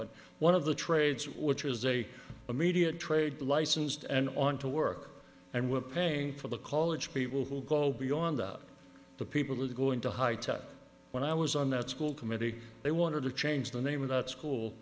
of one of the trades which is a media trade licensed and on to work and we're paying for the college people who go beyond that the people who go into high tech when i was on that school committee they wanted to change the name of that school